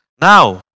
Now